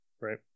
right